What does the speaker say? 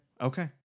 Okay